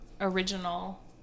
original